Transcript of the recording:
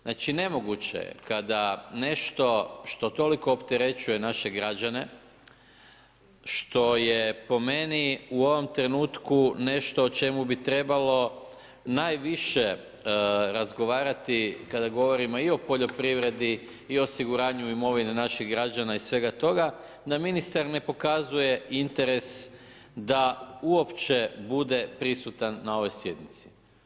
Znači nemoguće je kada nešto što toliko opterećuje naše građane, što je po meni u ovom trenutku nešto o čemu bi trebalo najviše razgovarati kada govorimo i poljoprivredi, i o osiguranju imovine naših građana i svega toga, da ministar ne pokazuje interes da uopće bude prisutan na ovoj sjednici.